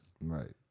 right